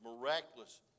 miraculous